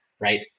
right